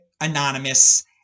anonymous